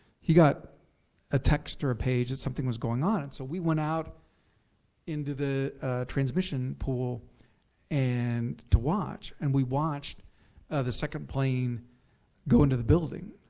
he got a text or a page that something was going on. and so we went out into the transmission pool and to watch, and we watched the second plane go into the building.